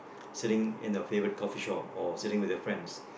sitting in a favorite coffee shop or sitting with your friends